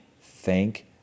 thank